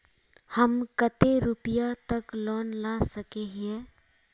हम कते रुपया तक लोन ला सके हिये?